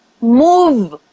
move